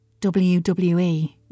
WWE